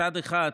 מצד אחד,